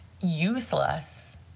useless